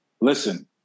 listen